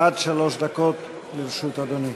עד שלוש דקות לרשות אדוני.